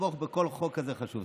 נתמוך בכל חוק כזה חשוב.